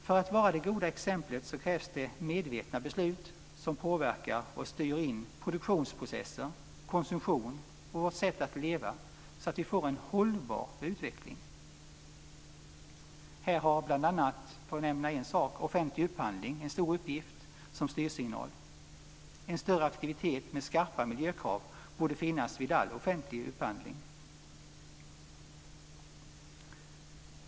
För att man ska vara det goda exemplet krävs det medvetna beslut som påverkar och styr in produktionsprocesser, konsumtion och vårt sätt att leva så att vi får en hållbar utveckling. Här har bl.a., för att nämna en sak, offentlig upphandling en stor uppgift som styrsignal. En större aktivitet med skarpa miljökrav borde finnas vid all offentlig upphandling.